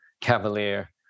cavalier